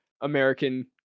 american